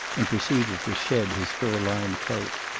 and proceeded to shed his fur-lined coat.